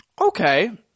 Okay